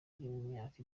myaka